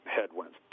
headwinds